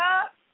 up